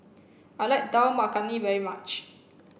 I like Dal Makhani very much